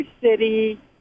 city